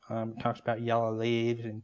talks about yellow leaves.